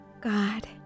God